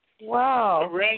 Wow